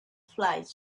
flight